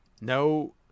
No